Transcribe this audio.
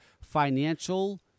financial